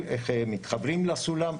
איך מתחברים לסולם,